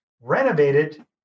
renovated